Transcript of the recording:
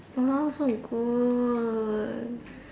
!walao! so good